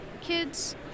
kids